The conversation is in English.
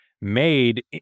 made